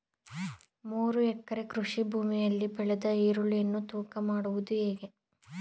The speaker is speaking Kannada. ಮೂರು ಎಕರೆ ಕೃಷಿ ಭೂಮಿಯಲ್ಲಿ ಬೆಳೆದ ಈರುಳ್ಳಿಯನ್ನು ತೂಕ ಮಾಡುವುದು ಹೇಗೆ?